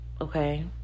Okay